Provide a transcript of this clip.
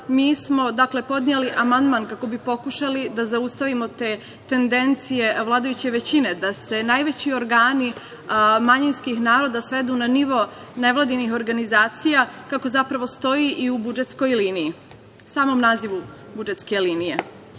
dakle, podneli amandman kako bismo pokušali da zaustavimo te tendencije vladajuće većine da se najveći organi manjinskih naroda svedu na nivou nevladinih organizacija, kako zapravo stoji i u budžetskoj liniji, samom nazivu budžetske linije. Dakle,